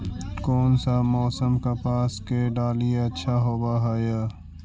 कोन सा मोसम कपास के डालीय अच्छा होबहय?